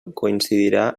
coincidirà